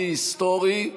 שיא היסטורי,